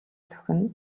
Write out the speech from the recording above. зохино